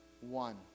one